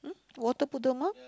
hmm water